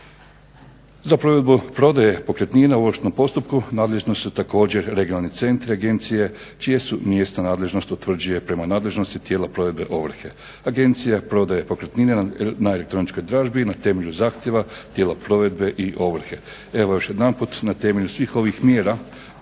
Za provedbu prodaje pokretnina u ovršnom postupku nadležni su također regionalni centri agencije čije se mjesna nadležnost utvrđuje prema nadležnosti tijela provedbe ovrhe. Agencija prodaje pokretnine na elektroničkoj dražbi na temelju zahtjeva tijela provedbe i ovrhe. Evo još jedanput na temelju svih ovih mjera